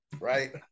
right